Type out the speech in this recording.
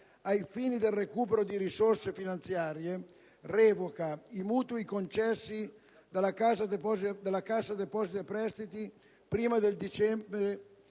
ai fini del recupero di risorse finanziarie, revoca i mutui concessi dalla Cassa depositi e prestiti prima del 31 dicembre